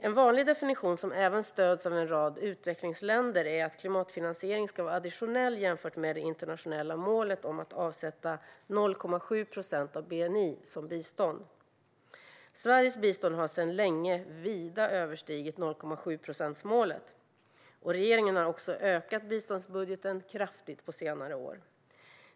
En vanlig definition, som även stöds av en rad utvecklingsländer, är att klimatfinansieringen ska vara additionell jämfört med det internationella målet om att avsätta 0,7 procent av bni som bistånd. Sveriges bistånd har sedan länge vida överstigit målet om 0,7 procent. Regeringen har också ökat biståndsbudgeten kraftigt på senare år.